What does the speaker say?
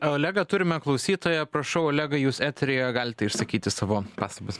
olegą turime klausytoją prašau olegai jūs eteryje galite išsakyti savo pastabas